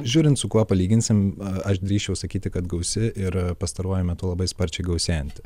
žiūrint su kuo palyginsim aš drįsčiau sakyti kad gausi ir pastaruoju metu labai sparčiai gausėjanti